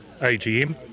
AGM